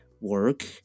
work